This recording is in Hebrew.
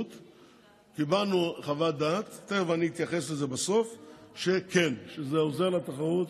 להטיל עיצומים כספיים על ספקי גז שעוברים על אותם